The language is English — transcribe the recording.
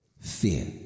Fear